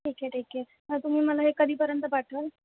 ठीक आहे ठीक आहे तर तुम्ही मला हे कधीपर्यंत पाठवाल